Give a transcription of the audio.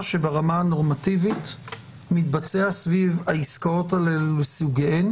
שברמה הנורמטיבית מתבצע סביב העסקאות האלה לסוגיהן